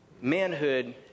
manhood